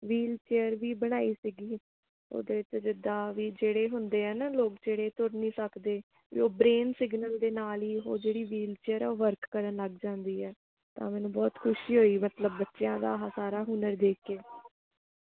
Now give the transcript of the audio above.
wheel chair ਵੀ ਬਣਾਈ ਸੀਗੀ ਉਹਦੇ ਵਿੱਚ ਜਿੱਦਾਂ ਵੀ ਜਿਹੜੇ ਹੁੰਦੇ ਆ ਨਾ ਲੋਕ ਜਿਹੜੇ ਤੁਰ ਨਹੀਂ ਸਕਦੇ ਉਹ ਬਰੇਨ ਸਿਗਨਲ ਦੇ ਨਾਲ ਹੀ ਉਹ ਜਿਹੜੀ ਵੀਲ ਚੇਅਰ ਹੈ ਉਹ ਵਰਕ ਕਰਨ ਲੱਗ ਜਾਂਦੀ ਹੈ ਤਾਂ ਮੈਨੂੰ ਬਹੁਤ ਖੁਸ਼ੀ ਹੋਈ ਮਤਲਬ ਬੱਚਿਆਂ ਦਾ ਆਹ ਸਾਰਾ ਹੁਨਰ ਦੇਖ ਕੇ